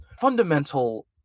fundamental